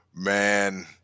Man